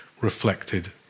reflected